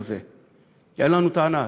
אין לנו טענה,